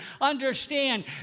Understand